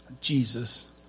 Jesus